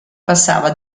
passava